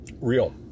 real